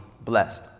blessed